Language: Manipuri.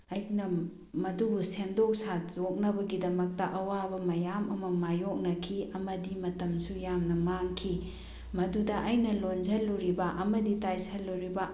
ꯑꯩꯅ ꯃꯗꯨꯕꯨ ꯁꯦꯝꯗꯣꯛ ꯁꯥꯗꯣꯛꯅꯕꯒꯤꯗꯃꯛꯇ ꯑꯋꯥꯕ ꯃꯌꯥꯝ ꯑꯃ ꯃꯥꯏꯌꯣꯛꯅꯈꯤ ꯑꯃꯗꯤ ꯃꯇꯝꯁꯨ ꯌꯥꯝꯅ ꯃꯥꯡꯈꯤ ꯃꯗꯨꯗ ꯑꯩꯅ ꯂꯣꯟꯖꯤꯜꯂꯨꯔꯤꯕ ꯑꯃꯗꯤ ꯇꯥꯏꯁꯤꯜꯂꯨꯔꯤꯕ